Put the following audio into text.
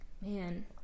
Man